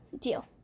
Deal